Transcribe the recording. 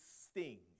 sting